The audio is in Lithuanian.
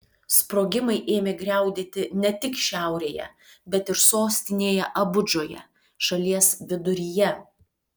sprogimai ėmė griaudėti ne tik šiaurėje bet ir sostinėje abudžoje šalies viduryje